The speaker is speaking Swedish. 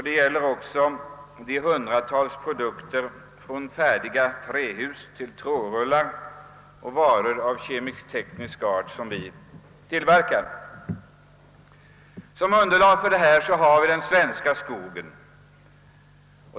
Det gäller också de hundratals produkter från färdiga trähus till trådrullar och varor av kemisk-teknisk art som vi tillverkar. Som underlag för detta har vi den svenska skogen.